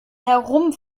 herum